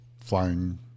flying